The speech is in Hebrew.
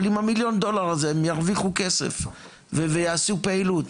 אבל עם מיליון הדולר הזה הם ירוויחו כסף ויעשו פעילות.